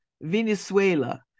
Venezuela